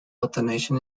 alternation